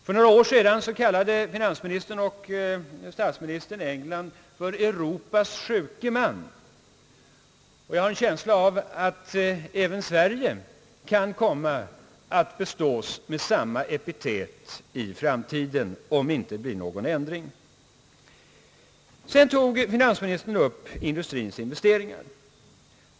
För några år sedan kallade finansministern och statsministern England för »Europas sjuke man», och jag har en känsla av att även Sverige kan komma att bestås med samma epitet i framtiden om det inte blir någon ändring. Vidare tog finansministern upp industrins investeringar.